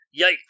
Yikes